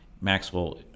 Maxwell